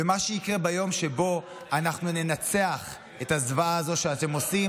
ומה שיקרה ביום שבו אנחנו ננצח את הזוועה הזאת שאתם עושים,